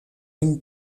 une